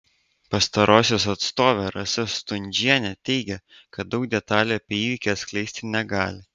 pastarosios atstovė rasa stundžienė teigė kad daug detalių apie įvykį atskleisti negali